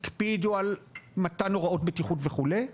הקפידו על מתן הוראות בטיחות וכולי,